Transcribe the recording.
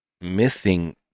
missing